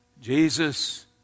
Jesus